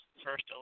first